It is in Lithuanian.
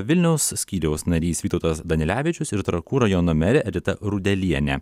vilniaus skyriaus narys vytautas danilevičius ir trakų rajono merė edita rudelienė